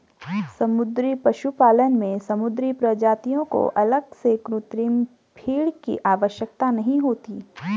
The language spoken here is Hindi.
समुद्री पशुपालन में समुद्री प्रजातियों को अलग से कृत्रिम फ़ीड की आवश्यकता नहीं होती